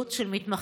חברת הכנסת אורנה